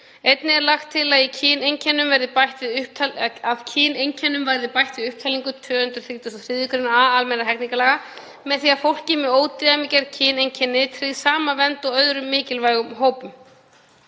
Einnig er lagt til að kyneinkennum verði bætt við upptalningu 233. gr. a almennra hegningarlaga og með því sé fólki með ódæmigerð kyneinkenni tryggð sama vernd og öðrum mikilvægum hópum.